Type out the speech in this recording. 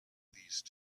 these